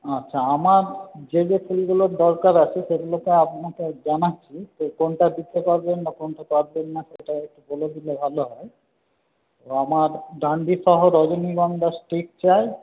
আচ্ছা আমার যে যে ফুলগুলোর দরকার আছে সেগুলো তো আপনাকে জানাচ্ছি তো কোনটা দিতে পারবেন বা কোনটা পারবেন না সেটাও একটু বলে দিলে ভালো হয় আমার ডান্ডিসহ রজনীগন্ধার স্টিক চাই